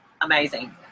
amazing